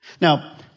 Now